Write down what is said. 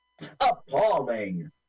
Appalling